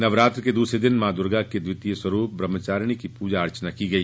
नवरात्र के दूसरे दिन मां दुर्गा के द्वितीय स्वरूप ब्रह्मचारिणी की प्रजा अर्चना की गई